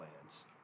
plans